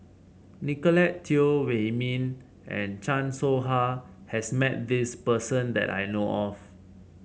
Nicolette Teo Wei Min and Chan Soh Ha has met this person that I know of